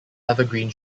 evergreen